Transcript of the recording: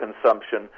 consumption